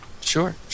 Sure